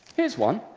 here's one.